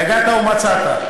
יגעת ומצאת.